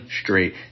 straight